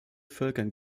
völkern